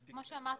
כמו שאמרתי,